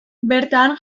bertan